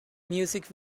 music